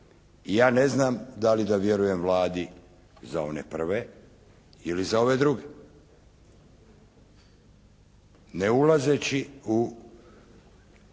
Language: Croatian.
ja ne znam da li da vjerujem Vladi za one prve ili za ove druge. Ne ulazeći u